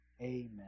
Amen